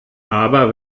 aber